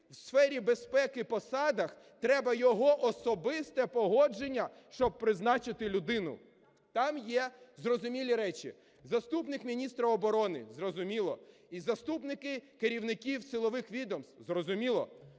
в сфері безпеки посадах треба його особисте погодження, щоб призначити людину. Там є зрозумілі речі: заступник міністра оборони – зрозуміло і заступники керівників силових відомств – зрозуміло,